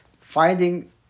Finding